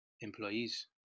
employees